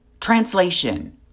Translation